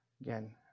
again